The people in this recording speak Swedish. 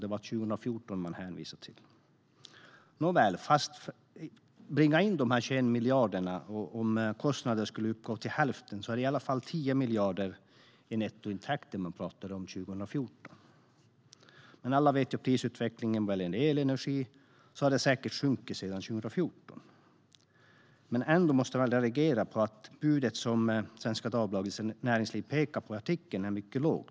Även om kostnaderna för verksamheten uppgick till hälften av dessa 21 miljarder borde det ändå ha blivit 10 miljarder i nettointäkter 2014. Alla känner till prisutvecklingen för elenergi, så intäkterna har säkert sjunkit sedan 2014. Man måste ändå reagera på att budet i Svenska Dagbladets artikel är mycket lågt.